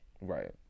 right